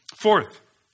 Fourth